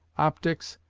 optics,